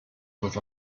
with